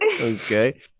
okay